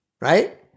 right